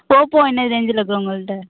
Oppo என்ன ரேஞ்சில் இருக்குது உங்கள்கிட்ட